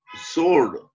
sword